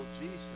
Jesus